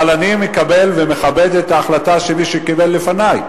אבל אני מקבל ומכבד את ההחלטה של מי שקיבל לפני,